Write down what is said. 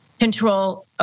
Control